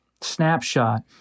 snapshot